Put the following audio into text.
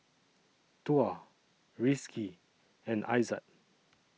Tuah Rizqi and Aizat